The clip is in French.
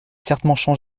certainement